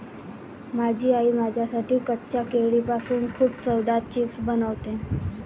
माझी आई माझ्यासाठी कच्च्या केळीपासून खूप चवदार चिप्स बनवते